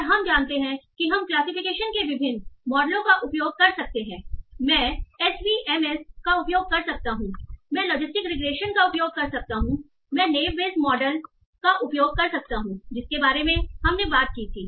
और हम जानते हैं कि हम क्लासिफिकेशन के विभिन्न मॉडलों का उपयोग कर सकते हैं मैं एसवीएमएस का उपयोग कर सकता हूं मैं लॉजिस्टिक रिग्रेशन का उपयोग कर सकता हूं मैं नेव बेस मॉडल का उपयोग कर सकता हूं जिसके बारे में हमने बात की थी